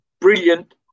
brilliant